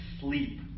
sleep